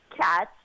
cats